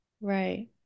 Right